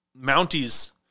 Mounties